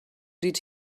did